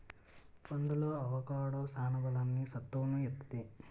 పండులో అవొకాడో సాన బలాన్ని, సత్తువును ఇత్తది